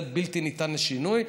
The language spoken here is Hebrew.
זה בלתי ניתן לשינוי.